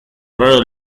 raro